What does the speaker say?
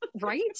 right